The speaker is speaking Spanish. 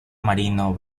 marino